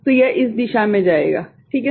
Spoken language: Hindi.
तो यह इस दिशा में जाएगा ठीक है